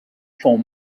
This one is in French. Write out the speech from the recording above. font